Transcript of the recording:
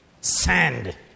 sand